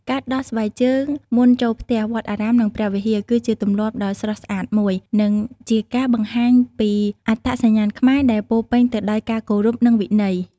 ការដោះស្បែកជើងមុនចូលផ្ទះ វត្តអារាម និងព្រះវិហារ គឺជាទម្លាប់ដ៏ស្រស់ស្អាតមួយ និងជាការបង្ហាញពីអត្តសញ្ញាណខ្មែរដែលពោរពេញទៅដោយការគោរព និងវិន័យ។